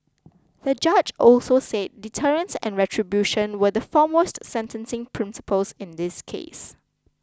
the judge also said deterrence and retribution were the foremost sentencing principles in this case